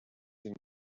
and